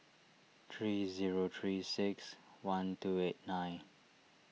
three zero three six one two eight nine